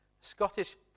Scottish